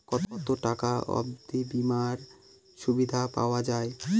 কত টাকা অবধি বিমার সুবিধা পাওয়া য়ায়?